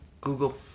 Google